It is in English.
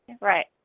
Right